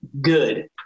good